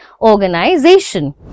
organization